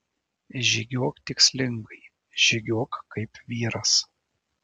žygiuok tikslingai žygiuok kaip vyras